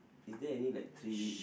is there any like three